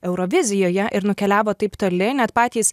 eurovizijoje ir nukeliavo taip toli net patys